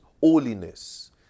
holiness